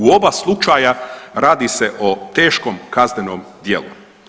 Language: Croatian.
U oba slučaja radi se o teškom kaznenom dijelu.